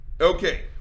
Okay